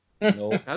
no